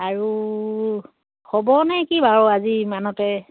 আৰু হ'ব নেকি বাৰু আজি ইমানতে